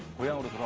will